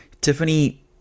Tiffany